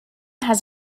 has